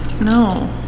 No